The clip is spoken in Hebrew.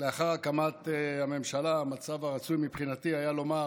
לאחר הקמת הממשלה המצב הרצוי מבחינתי היה לומר